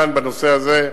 כאן, בנושא הזה,